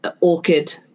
orchid